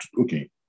okay